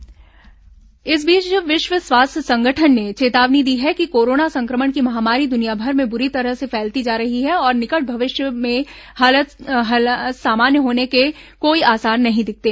WHO चेतावनी विश्व स्वास्थ्य संगठन ने चेतावनी दी है कि कोरोना संक्रमण की महामारी दुनियाभर में बुरी तरह से फैलती जा रही है और निकट भविष्य मे हालात सामान्य होने के कोई आसार नहीं दिखते